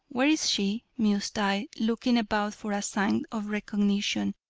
where is she? mused i, looking about for a sign of recognition.